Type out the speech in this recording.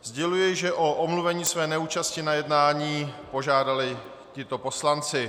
Sděluji, že o omluvení své neúčasti na jednání požádali tito poslanci.